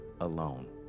alone